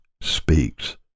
speaks